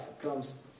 comes